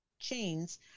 Chains